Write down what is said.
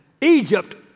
Egypt